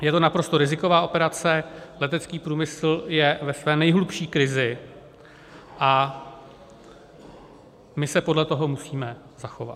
Je to naprosto riziková operace, letecký průmysl je ve své nejhlubší krizi a my se podle toho musíme zachovat.